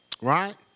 right